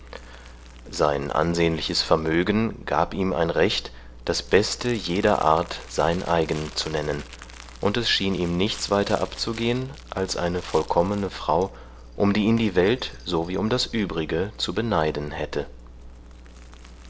sein ansehnliches vermögen gab ihm ein recht das beste jeder art sein eigen zu nennen und es schien ihm nichts weiter abzugehen als eine vollkommene frau um die ihn die welt so wie um das übrige zu beneiden hätte